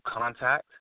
contact